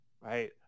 right